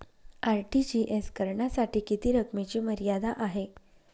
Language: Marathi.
आर.टी.जी.एस करण्यासाठी किती रकमेची मर्यादा आहे?